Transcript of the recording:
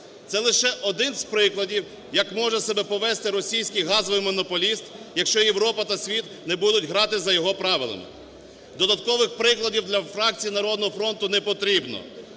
Це лише один з прикладів як може себе повести російський газовий монополіст, якщо Європа та світ не будуть грати за його правилами. Додаткових прикладів для фракції "Народного фронту" непотрібно.